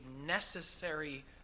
necessary